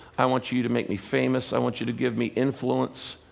i want you you to make me famous, i want you to give me influence.